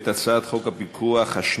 את הצעת חוק הפיקוח השנייה,